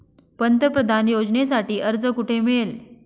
पंतप्रधान योजनेसाठी अर्ज कुठे मिळेल?